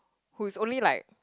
who is only like